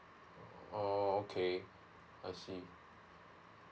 oh okay I see